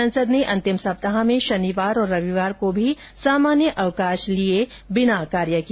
संसद ने अंतिम सप्ताह में शनिवार और रविवार को भी सामान्य अवकाश लिए बिना कार्य किया